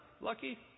Lucky